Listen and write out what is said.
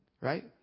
Right